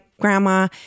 grandma